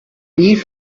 least